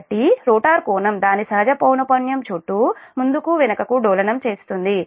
కాబట్టి రోటర్ కోణం దాని సహజ పౌనఃపున్యం చుట్టూ ముందుకు వెనుకకు డోలనం చేస్తుంది